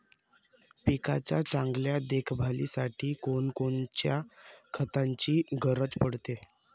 पिकाच्या चांगल्या देखभालीसाठी कोनकोनच्या खताची गरज पडते?